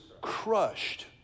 crushed